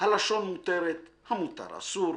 הלשון מתרת; המתר אסור,